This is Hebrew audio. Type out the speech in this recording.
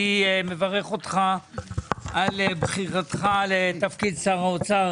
מברך אותך על בחירתך לתפקיד שר האוצר,